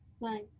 Nine